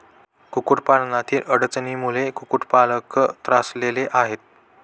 कुक्कुटपालनातील अडचणींमुळे कुक्कुटपालक त्रासलेला आहे